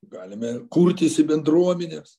galime kurtis į bendruomenes